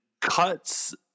cuts